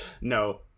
No